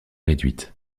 réduite